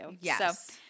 Yes